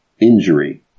injury